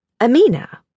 Amina